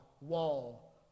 wall